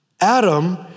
Adam